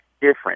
different